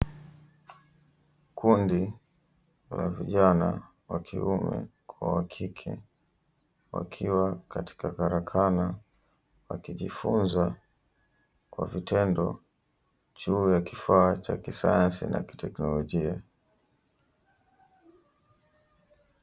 Kundi la vijana wa kiume kwa wakike wakiwa katika karakana wakijifunza kwa vitendo juu ya kifaa cha kisayansi na kiteknolojia.